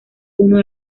uno